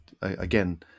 again